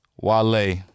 Wale